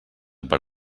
per